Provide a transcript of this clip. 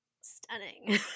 stunning